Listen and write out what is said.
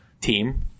team